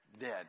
Dead